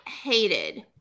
hated